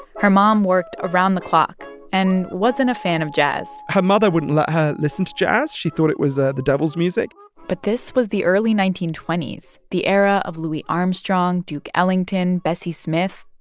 her mom worked around the clock and wasn't a fan of jazz her mother wouldn't let her listen to jazz. she thought it was the the devil's music but this was the early nineteen twenty s, the era of louis armstrong, duke ellington, bessie smith.